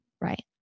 Right